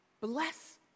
bless